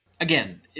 Again